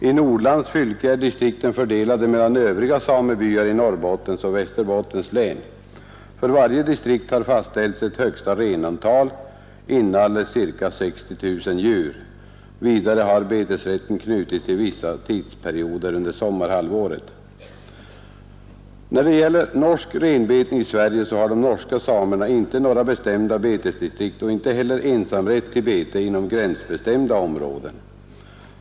I Nordlands fylke är distrikten fördelade mellan övriga samebyar i Norrbottens och Västerbottens län. För varje distrikt har fastställts ett högsta renantal, inalles ca 60 000 djur. Vidare har betesrätten knutits till vissa tidsperioder under sommarhalvåret. När det gäller norsk renbetning i Sverige har de norska samerna inte några bestämda betesdistrikt och inte heller ensamrätt till bete inom gränsbestämda områden.